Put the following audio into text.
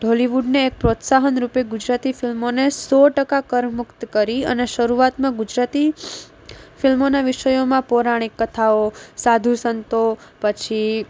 ઢોલિવૂડને એક પ્રોત્સાહન રૂપે ગુજરાતી ફિલ્મોને સો ટકા કર મુક્ત કરી અને શરૂઆતમાં ગુજરાતી ફિલ્મોના વિષયોમાં પૌરાણિક કથાઓ સાધુ સંતો પછી